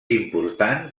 important